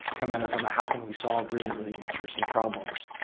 come at it from, how can we solve really, really interesting problems?